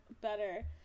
better